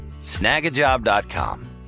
Snagajob.com